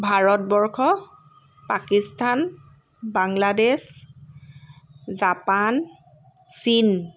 Bharatvarsha Pakistan Bangladesh Japan চীন